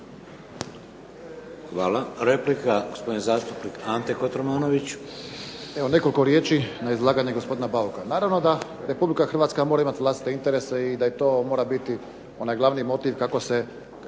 Hvala. Replika, gospodin zastupnik Ante Kotromanović. **Kotromanović, Ante (SDP)** Evo nekoliko riječi na izlaganje gospodina Bauka. Naravno da RH mora imati vlastite interese i da to mora biti onaj glavni motiv kako se